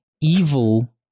evil